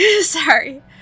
Sorry